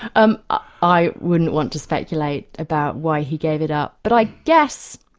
um ah i wouldn't want to speculate about why he gave it up. but i guess,